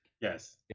Yes